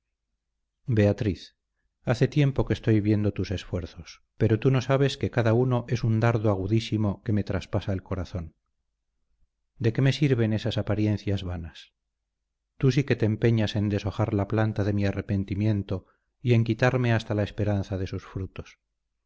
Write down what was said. beatriz hace tiempo que estoy viendo tus esfuerzos pero tú no sabes que cada uno es un dardo agudísimo que me traspasa el corazón de qué me sirven esas apariencias vanas tú sí que te empeñas en deshojar la planta de mi arrepentimiento y en quitarme hasta la esperanza de sus frutos